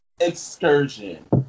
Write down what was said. excursion